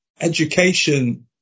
education